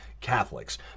Catholics